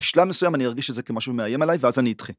בשלב מסוים אני ארגיש שזה כמשהו מאיים עלי ואז אני אדחה.